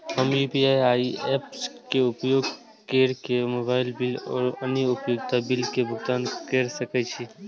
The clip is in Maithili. हम यू.पी.आई ऐप्स के उपयोग केर के मोबाइल बिल और अन्य उपयोगिता बिल के भुगतान केर सके छी